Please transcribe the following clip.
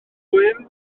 dwym